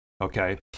okay